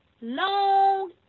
long